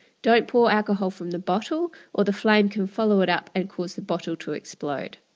don't pour alcohol from the bottle or the flame can follow it up and cause the bottle to explode.